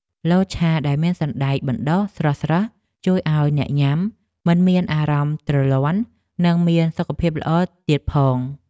លតឆាដែលមានសណ្តែកបណ្តុះស្រស់ៗជួយឱ្យអ្នកញ៉ាំមិនមានអារម្មណ៍ទ្រលាន់និងមានសុខភាពល្អទៀតផង។